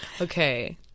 Okay